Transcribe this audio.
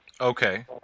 Okay